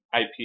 IP